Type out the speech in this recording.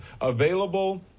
available